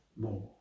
more